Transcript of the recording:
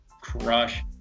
crush